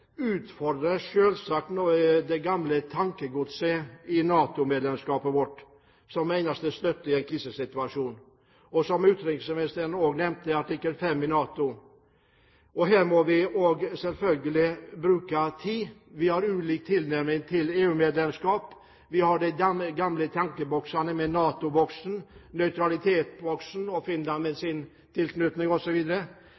utfordrer selvsagt det gamle tankegodset at NATO-medlemskapet vårt er eneste støtte i en krisesituasjon, og, som utenriksministeren også nevnte, NATOs artikkel 5. Her må vi selvfølgelig bruke tid. Vi har ulike tilnærminger til EU-medlemskap. Vi har de gamle tankeboksene, NATO-boksen, nøytralitetsboksen, Finland med